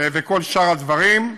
וכל שאר הדברים.